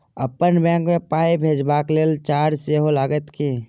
अप्पन बैंक मे पाई भेजबाक लेल चार्ज सेहो लागत की?